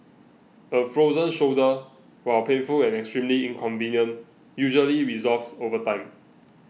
a frozen shoulder while painful and extremely inconvenient usually resolves over time